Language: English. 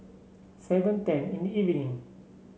seven ten in the evening